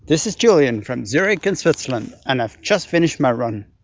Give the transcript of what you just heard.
this is julian from zurich in switzerland, and i've just finished my run.